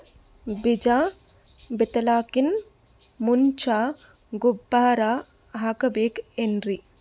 ಬೀಜ ಬಿತಲಾಕಿನ್ ಮುಂಚ ಗೊಬ್ಬರ ಹಾಕಬೇಕ್ ಏನ್ರೀ?